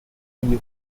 video